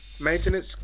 Maintenance